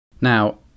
Now